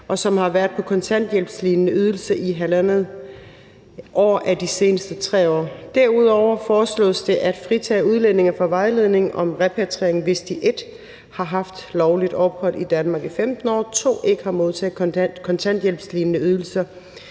og som har været på en kontanthjælpslignende ydelse i 1½ år af de seneste 3 år. Derudover foreslås det at fritage udlændinge for vejledning om repatriering, hvis de 1) har haft lovligt ophold i Danmark i 15 år, 2) ikke har modtaget kontanthjælpslignende ydelser